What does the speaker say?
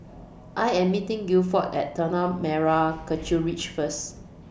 I Am meeting Gilford At Tanah Merah Kechil Ridge First